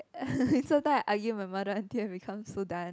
so I with argue my mother until become so done